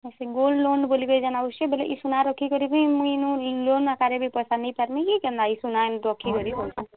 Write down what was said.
ହଁ ସେ gold loan ବୋଲିକରି ଯେନ୍ ଆଉସ୍ ଛି ବୋଲେ ଏଇ ସୁନା ରଖିକରି ବି ମୁଇଁ ଇନୁ ଏଇ ଲୋନ୍ ଆକାରରେ ପଇସା ନେଇ ପାରିମି କି କେନ୍ତା ଏଇ ସୁନା ଏନ୍ ରଖିକରି ବୋଲସୁଁ ତ